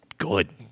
good